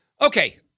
Okay